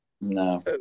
no